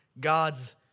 God's